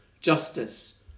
justice